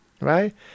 right